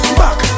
back